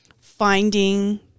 finding